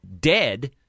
dead